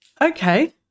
okay